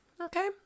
okay